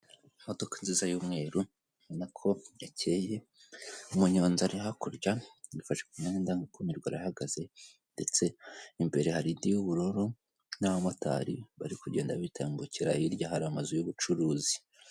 Imodoka nziza y'umweru ubona ko ikeye, umunyonzi ari hakurya, yifashe ku myanya ndangakumirwa, arahagaze, ndetse imbere ye hari indi y'ubururu n'abamotari bari kugenda bitambukira, hirya hari amazu y'ubucuruzi.